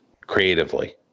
creatively